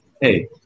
hey